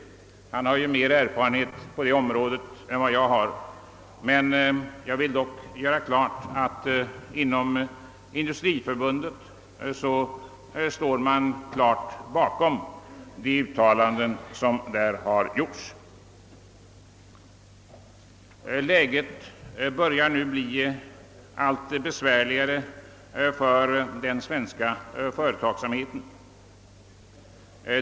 Herr Sträng har ju större erfarenhet på detta område än jag, men jag vill dock göra klart att man inom Industriförbundet står bakom de uttalanden som har gjorts därifrån. Läget börjar nu bli alltmera besvärligt för den svenska företagsamheten.